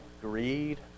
greed